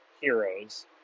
heroes